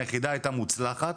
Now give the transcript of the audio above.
היחידה הייתה מוצלחת,